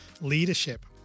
leadership